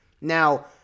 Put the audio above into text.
Now